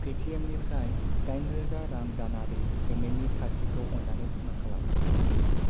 पेटिएमनिफ्राय दाइन रोजा रां दानारि पेमेन्टनि थारथिखौ अन्नानै फोरमान खालाम